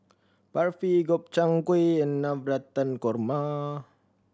Barfi Gobchang Gui and Navratan Korma